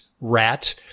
rat